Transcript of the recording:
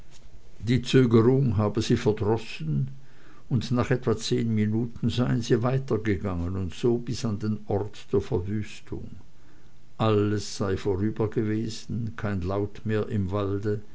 die zögerung habe sie verdrossen und nach etwa zehn minuten seien sie weitergegangen und so bis an den ort der verwüstung alles sei vorüber gewesen kein laut mehr im walde